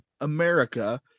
America